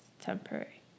temporary